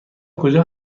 کجا